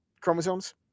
chromosomes